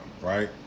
right